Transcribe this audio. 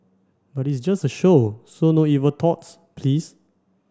but it's just a show so no evil thoughts please